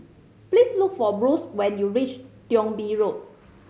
please look for Bruce when you reach Thong Bee Road